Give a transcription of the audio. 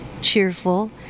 cheerful